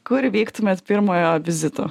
kur vyktumėt pirmojo vizito